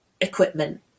equipment